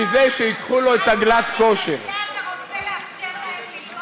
את זה צריך לעשות ואת זה צריך לעשות.